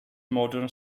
modern